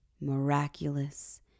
miraculous